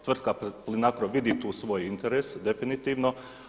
Tvrtka Plinacro vidi tu svoj interes definitivno.